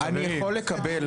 אני יכול לקבל,